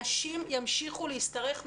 נשים ימשיכו להשתרך מאחור,